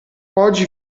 oggi